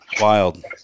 Wild